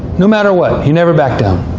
no matter what, he never backed down.